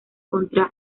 contra